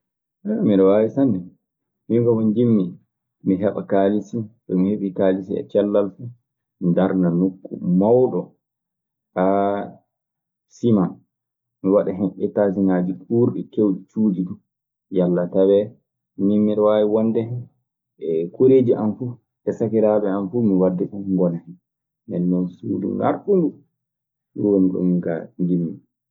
miɗe waawi sanne. Minka ko njiɗmi, mi heɓa kaalisi. So mi heɓii kaalisi e cellal fuu. Mi darnan nokku mawɗo siman. Mi waɗa hen ettaasiŋaaji kuurɗi, keewɗi cuuɗi duu. Yalla tawee min miɗe waawi wonde hen, koreeji an fuu e sakiraaɓe an fuu mi wadda duu ngona hen. Ndeen non suudu ngarɗundu. Ɗun woni ko minkaa njiɗmi.